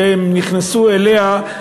שהם נכנסו אליה.